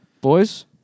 Boys